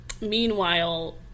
Meanwhile